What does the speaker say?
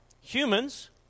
humans